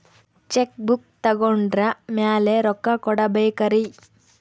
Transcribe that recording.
Check book ತೊಗೊಂಡ್ರ ಮ್ಯಾಲೆ ರೊಕ್ಕ ಕೊಡಬೇಕರಿ?